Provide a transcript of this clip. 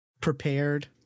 prepared